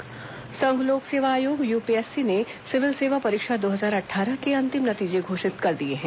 UPSC परिणाम संघ लोक सेवा आयोग यूपीएससी ने सिविल सेवा परीक्षा दो हजार अट्ठारह के अंतिम नतीजे घोषित कर दिए हैं